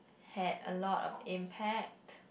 had a lot of impact